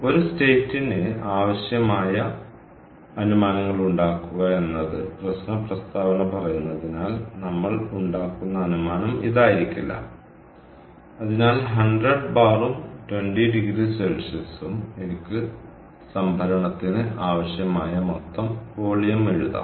ഒരു സ്റ്റേറ്റിന്ന് ആവശ്യമായ അനുമാനങ്ങൾ ഉണ്ടാക്കുക എന്ന് പ്രശ്ന പ്രസ്താവന പറയുന്നതിനാൽ നമ്മൾ ഉണ്ടാക്കുന്ന അനുമാനം ഇതായിരിക്കില്ല അതിനാൽ 100 ബാറും 20oC യും എനിക്ക് സംഭരണത്തിന് ആവശ്യമായ മൊത്തം വോളിയം എഴുതാം